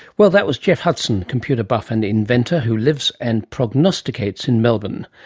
well, that was geoff hudson, computer buff and inventor, who lives and prognosticates in melbourne.